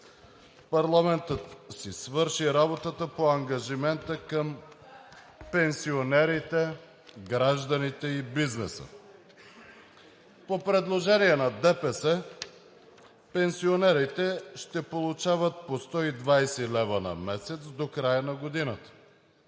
парламентът си свърши работата по ангажимента към пенсионерите, гражданите и бизнеса. По предложение на ДПС пенсионерите ще получават по 120 лв. на месец до края на годината;